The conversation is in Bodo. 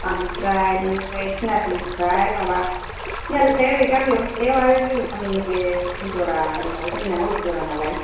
ओमफ्राय बेनिफ्राय तिनिआलिनिफ्राय माबा तिनिआलिनिफ्राय ओरै गामियाव थांनायाव आरो जोंनि गामि नैबे हलिज'रायाव जोंना हलिज'रा नालाय